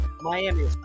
Miami